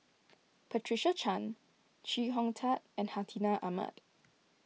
Patricia Chan Chee Hong Tat and Hartinah Ahmad